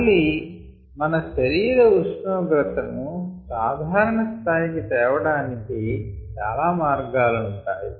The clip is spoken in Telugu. మళ్ళీ మన శరీర ఉష్ణోగ్రత ను సాధారణ స్థాయికి తేవడానికి చాలా మార్గాలుంటాయి